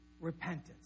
repentance